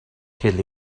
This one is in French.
quel